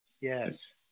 Yes